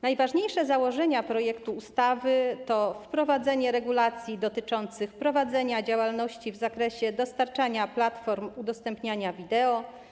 Najważniejsze założenia projektu ustawy to wprowadzenie regulacji dotyczących prowadzenia działalności w zakresie dostarczania platform udostępniania wideo.